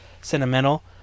sentimental